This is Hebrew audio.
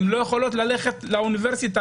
הן לא יכולות להיכנס לאוניברסיטה,